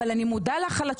אני מודה לך על התשובות.